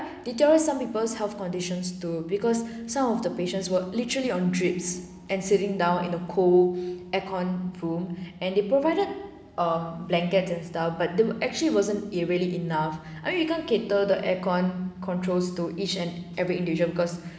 deteriorate some people's health conditions too because some of the patients were literally on drips and sitting down in a cold aircon room and they provided uh blanket and stuff but they were actually wasn't it really enough I mean you can't cater the aircon controls to each and every individual because